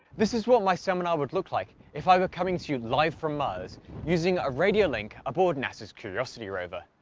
this is what my seminar would look like if i were coming to you live from mars using a radio link aboard nasa's curiosity rover.